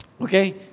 Okay